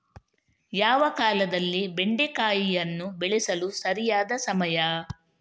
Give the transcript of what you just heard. ಯಾವ ಕಾಲದಲ್ಲಿ ಬೆಂಡೆಕಾಯಿಯನ್ನು ಬೆಳೆಸಲು ಸರಿಯಾದ ಸಮಯ?